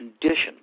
condition